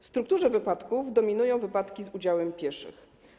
W strukturze wypadków dominują wypadki z udziałem pieszych.